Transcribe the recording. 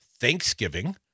Thanksgiving